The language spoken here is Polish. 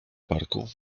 parku